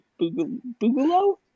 boogaloo